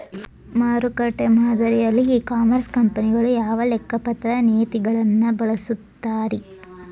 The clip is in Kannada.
ಮಾರುಕಟ್ಟೆ ಮಾದರಿಯಲ್ಲಿ ಇ ಕಾಮರ್ಸ್ ಕಂಪನಿಗಳು ಯಾವ ಲೆಕ್ಕಪತ್ರ ನೇತಿಗಳನ್ನ ಬಳಸುತ್ತಾರಿ?